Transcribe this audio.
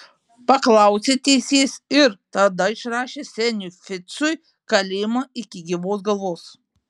paklausė teisėjas ir tada išrašė seniui ficui kalėjimą iki gyvos galvos